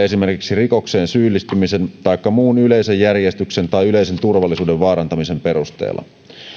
esimerkiksi rikokseen syyllistymisen taikka muun yleisen järjestyksen tai yleisen turvallisuuden vaarantamisen perusteella